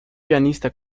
pianista